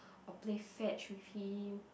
or play fetch with him